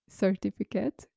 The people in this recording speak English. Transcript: certificate